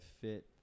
fit